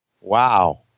Wow